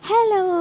Hello